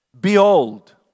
Behold